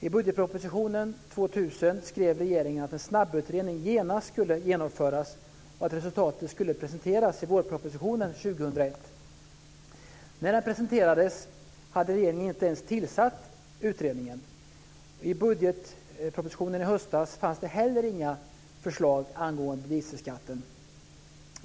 I budgetpropositionen 2000 skrev regeringen att en snabbutredning genast skulle genomföras och att resultatet skulle presenteras i vårpropositionen 2001. När den presenterades hade regeringen inte ens tillsatt utredningen. I budgetpropositionen i höstas fanns det inte heller några förslag angående dieselskatten.